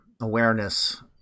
awareness